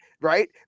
Right